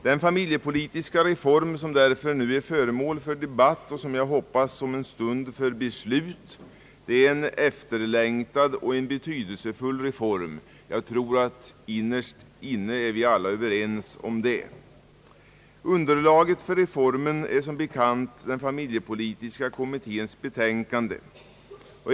Den familjepolitiska reform som nu är föremål för debatt — och som jag hoppas om en stund för beslut — är en efterlängtad och betydelsefull reform. Jag tror att vi innerst inne alla är överens om detta. Underlaget för reformen är som bekant den familjepolitiska kommitténs betänkande.